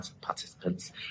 participants